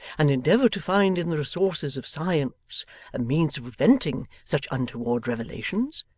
and endeavour to find in the resources of science a means of preventing such untoward revelations,